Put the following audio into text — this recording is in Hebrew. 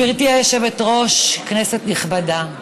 גברתי היושבת-ראש, כנסת נכבדה,